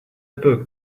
book